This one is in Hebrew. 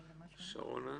שרונה.